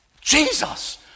Jesus